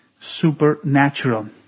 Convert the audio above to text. supernatural